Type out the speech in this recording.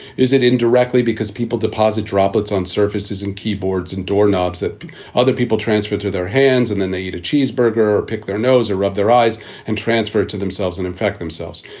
is it indirectly because people deposit droplets on surfaces and keyboards and doorknobs that other people transfer through their hands and then they eat a cheeseburger or pick their nose or rub their eyes and transfer it to themselves and in fact, themselves?